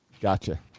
gotcha